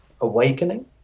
awakening